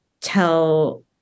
tell